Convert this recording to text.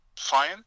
fine